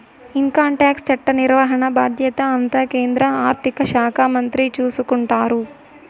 income tax చట్ట నిర్వహణ బాధ్యత అంతా కేంద్ర ఆర్థిక శాఖ మంత్రి చూసుకుంటారు